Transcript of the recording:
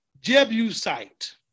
Jebusite